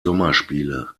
sommerspiele